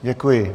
Děkuji.